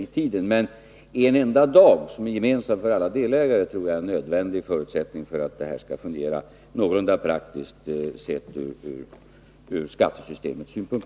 Men att vi har en enda inbetalningsdag som är gemensam för alla delägare tror jag är en nödvändig förutsättning för att detta skall fungera någorlunda praktiskt sett ur skattesystemets synpunkt.